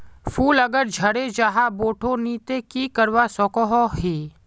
फूल अगर झरे जहा बोठो नी ते की करवा सकोहो ही?